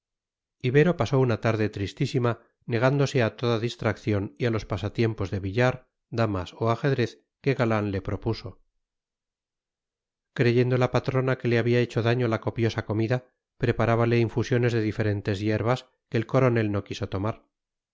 ibero pasó una tarde tristísima negándose a toda distracción y a los pasatiempos de billar damas o ajedrez que galán le propuso creyendo la patrona que le había hecho daño la copiosa comida preparábale infusiones de diferentes hierbas que el coronel no quiso tomar